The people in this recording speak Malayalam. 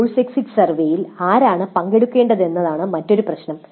ഈ കോഴ്സ് എക്സിറ്റ് സർവേയിൽ ആരാണ് പങ്കെടുക്കേണ്ടത് എന്നതാണ് മറ്റൊരു പ്രശ്നം